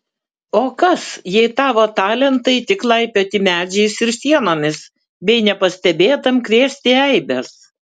o kas jei tavo talentai tik laipioti medžiais ir sienomis bei nepastebėtam krėsti eibes